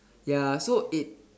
ya so it